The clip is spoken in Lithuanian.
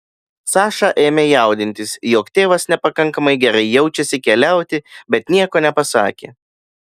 saša ėmė jaudintis jog tėvas nepakankamai gerai jaučiasi keliauti bet nieko nepasakė